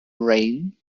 rain